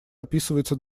описывается